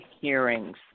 hearings